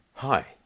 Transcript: Hi